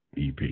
EP